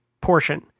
portion